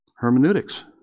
hermeneutics